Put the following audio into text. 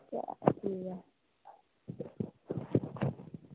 ठीक ऐ